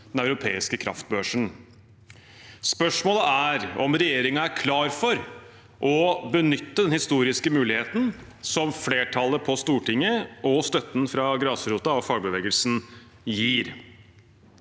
den europeiske kraftbørsen. Spørsmålet er om regjeringen er klar for å benytte den historiske muligheten som flertallet på Stortinget og støtten fra grasrota og fagbevegelsen gir.